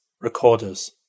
recorders